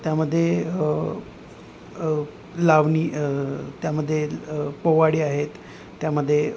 त्यामध्ये लावणी त्यामध्ये पोवाडे आहेत त्यामध्ये